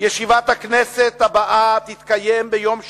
הכנסת הבאה תתקיים ביום שני,